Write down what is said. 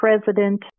president